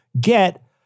get